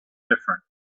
different